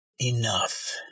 enough